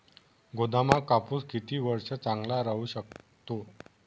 गोदामात कापूस किती वर्ष चांगला राहू शकतो?